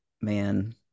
man